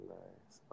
nice